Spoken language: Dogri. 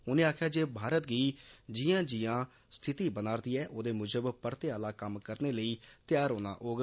उनें आक्खेआ जे भारत गी जियां जियां स्थिति बनै'रदी ऐ औदे मुजब परते आला कम्म करने लेई त्यार होना होग